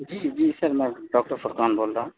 جی جی سر میں ڈاکٹر فرقان بول رہا ہوں